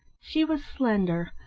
she was slender,